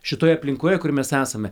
šitoje aplinkoje kur mes esame